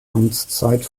amtszeit